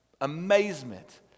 amazement